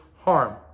harm